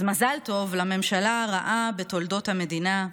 אז מזל טוב לממשלה הרעה בתולדות המדינה,